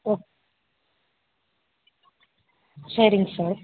okay சரிங்க sir